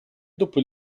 dopo